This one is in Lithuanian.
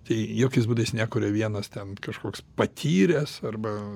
tai jokiais būdais nekuria vienas ten kažkoks patyręs arba